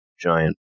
giant